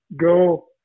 go